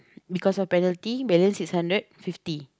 because of penalty balance six hundred fifty